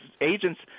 agents